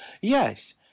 Yes